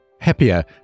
happier